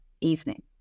evening